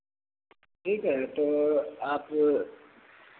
ठीक है तो आप